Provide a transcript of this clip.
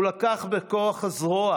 הוא לקח בכוח הזרוע